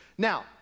Now